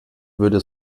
würde